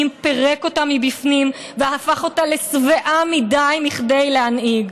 פירק אותה מבפנים והפך אותה לשבעה מכדי להנהיג,